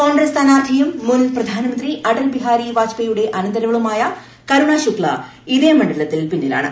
കോൺഗ്രസ് സ്ഥാർത്ഥിയും മുൻ പ്രധാനമന്ത്രി അടൽബിഹാരി വാജ്പേയുടെ അനന്തരവളുമായ കരുണ ശുക്സ ഇതേ മണ്ഡലത്തിൽ പിന്നിലാണ്